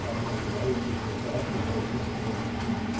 ah but i am delighted to be here to talk and we'll have a chance, as i mentioned,